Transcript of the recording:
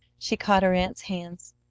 she caught her aunt's hands.